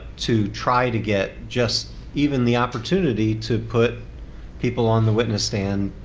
to try to get just even the opportunity to put people on the witness stand,